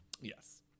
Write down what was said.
Yes